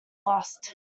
lost